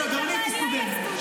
אבל אני הייתי סטודנטית,